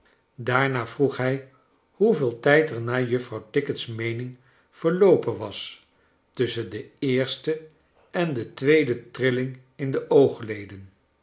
daarna vroeg hij hoeveel tijd er naar juffrouw tickit's meening verloopen was tus schen de eerste en de tweede trilling in de oogleden